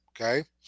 Okay